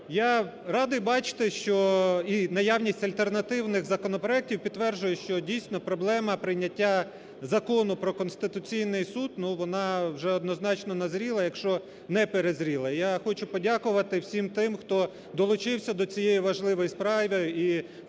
я радий бачити, що і наявність альтернативних законопроектів підтверджує, що, дійсно, проблема прийняття Закону про Конституційний Суд, ну, вона вже однозначно назріла, якщо не перезріла. Я хочу подякувати всім тим, хто долучився до цієї важливої справи, і